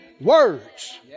words